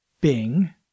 Bing